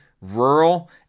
rural